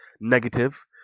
negative